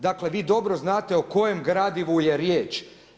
Dakle vi dobro znate o kojem gradivu je riječ.